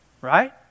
Right